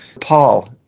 Paul